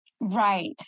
Right